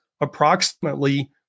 approximately